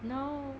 no